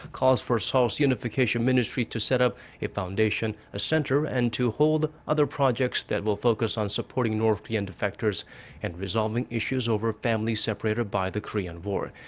calls for seoul's unification ministry to set up a foudation, ah center and to hold other projects that will focus on supporting north korean defectors and resolving issues over families separated by the korean war.